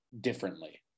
differently